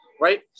right